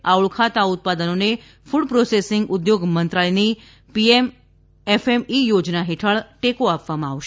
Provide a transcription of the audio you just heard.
આ ઓળખાતા ઉત્પાદનોને કૂડ પ્રોસેસીંગ ઉદ્યોગ મંત્રાલયની પીએમ એફએમઇ યોજના હેઠળ ટેકો આપવામાં આવશે